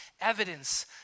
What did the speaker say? evidence